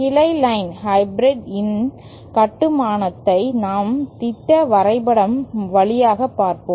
கிளை line hybrid இன் கட்டுமானத்தை நாம் திட்ட வரைபடம் வழியாக பார்ப்போம்